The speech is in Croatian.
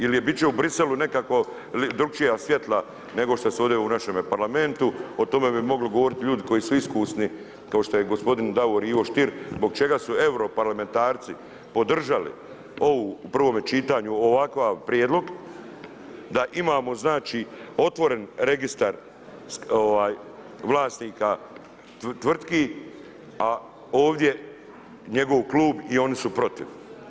Ili bit će u Briselu nekakva drukčija svjetla nego što su ovdje u našeme Parlamentu, o tome bi mogli govorit ljudi koji su iskusni, kao što je gospodin Davor Ivo Stier, zbog čega su Europarlamentarci podržali ovu u prvome čitanju ovakav prijedlog, da imamo znači otvoren Registar vlasnika tvrtki, a ovdje njegov klub i oni su protiv.